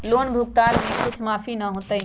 Loan भुगतान में कुछ माफी न होतई?